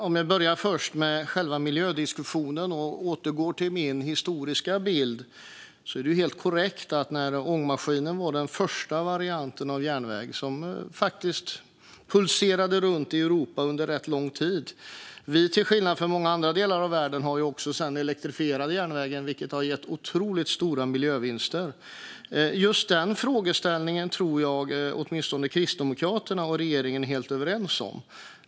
Fru talman! Jag börjar med miljödiskussionen och återgår till min historiska bild. Det är helt korrekt att ångmaskinen var den första varianten av färdmedel på järnväg, som faktiskt pulserade runt i Europa under rätt lång tid. Till skillnad från många andra delar av världen har Sverige sedan elektrifierat järnvägen, vilket har gett otroligt stora miljövinster. Just den frågan tror jag att åtminstone Kristdemokraterna och regeringen är helt överens om.